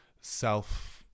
self